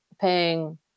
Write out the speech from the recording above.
paying